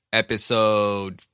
episode